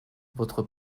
votre